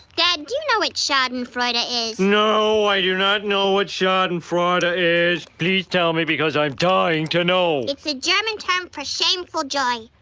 dad, do you know what like schadenfreude ah is? no, i do not know what schadenfreude is. please tell me because i'm dying to know it's a german term for shameful joy,